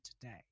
today